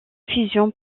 fusion